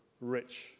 rich